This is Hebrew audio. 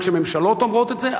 גם כשממשלות אומרות את זה,